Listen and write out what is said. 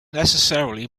necessarily